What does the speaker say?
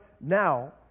now